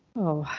oh,